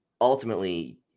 ultimately